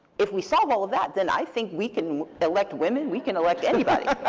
if we solve all of that, then i think we can elect women. we can elect anybody.